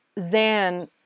Zan